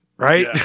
Right